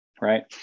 Right